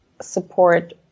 support